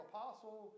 Apostle